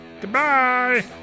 Goodbye